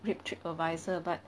rip Tripadvisor but